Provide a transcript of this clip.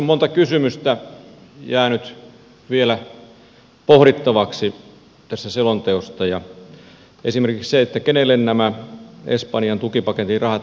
monta kysymystä on jäänyt vielä pohdittavaksi tästä selonteosta esimerkiksi se kenelle nämä espanjan tukipaketin rahat oikeasti menevät